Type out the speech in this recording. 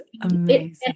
amazing